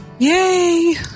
Yay